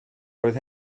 roedd